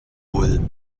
ulm